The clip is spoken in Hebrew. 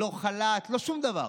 לא חל"ת, לא שום דבר.